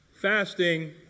fasting